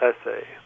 essay